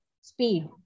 speed